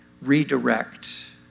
redirect